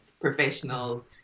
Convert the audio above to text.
professionals